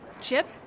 Chip